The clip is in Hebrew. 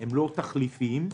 הם --- תחליפים.